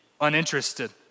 uninterested